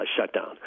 shutdown